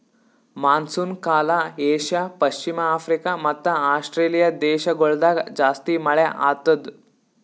monsoon ಕಾಲ Asia, ಪಶ್ಚಿಮ Africa ಮತ್ತ ಆಸ್ಟ್ರೇಲಿಯಾ ದೇಶಗೊಳ್ದಾಗ್ ಜಾಸ್ತಿ ಮಳೆ ಆತ್ತುದ್